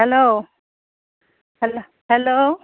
hello hello